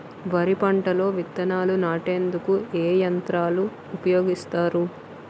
వరి పంటలో విత్తనాలు నాటేందుకు ఏ యంత్రాలు ఉపయోగిస్తారు?